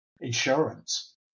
insurance